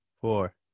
four